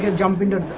ah jump into